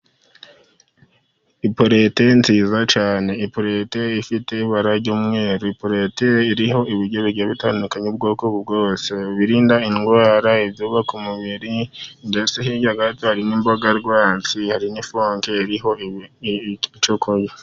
Ipurete nziza cyane, ipurete ifite ibara ry'umweru, ipurete iriho ibiryo bigiye bitandukanye ubwoko bwose. Ibirinda indwara, ibyubaka umubiri , mbese hirya gato hari n'imboga rwatsi hari nifoke iri icyokurya.